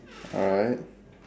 alright